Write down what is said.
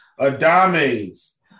Adame's